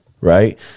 right